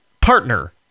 partner